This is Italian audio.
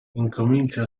incomincia